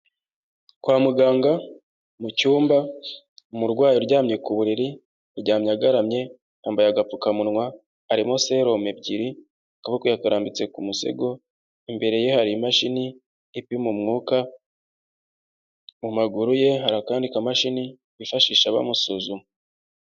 Kwa muganga mu cyumba, umurwayi aryamye ku buriri aryamye agaramye, yambaye agapfukamunwa, harimo serume ebyiri, akaboko yakarambitse ku musego, imbere ye hari imashini ipima umwuka, mu maguru ye hari akandi kamashini bifashisha bamusuzuma.